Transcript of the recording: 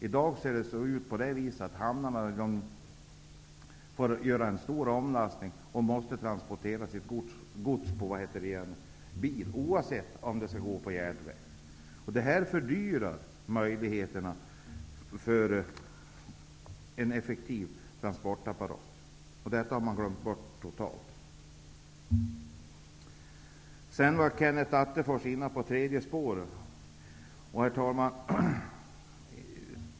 I dag får man vid hamnarna göra en stor omlastning för godstransport med bil, oavsett om godset sedan skall transporteras via järnväg. Detta försvårar möjligheterna till en effektiv transportapparat. Den här frågan har man totalt glömt bort. Kenneth Attefors var inne på frågan om tredje spåret. Herr talman!